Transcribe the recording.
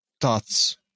thoughts